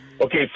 Okay